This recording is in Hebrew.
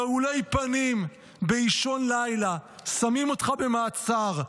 רעולי פנים, באישון לילה, שמים אותך במעצר.